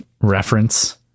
reference